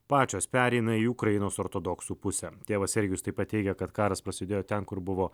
pačios pereina į ukrainos ortodoksų pusę tėvas sergijus taip pat teigia kad karas prasidėjo ten kur buvo